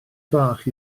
bach